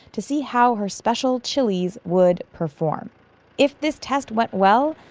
to see how her special chilis would perform if this test went well,